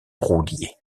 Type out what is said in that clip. roulier